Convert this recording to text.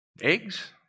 Eggs